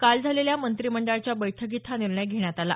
काल झालेल्या मंत्रिमंडळाच्या बैठकीत हा निर्णय घेण्यात आला